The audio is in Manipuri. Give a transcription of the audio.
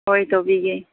ꯍꯣꯏ ꯇꯧꯕꯤꯒꯦ